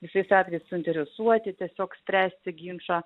visais atvejais suinteresuoti tiesiog spręsti ginčą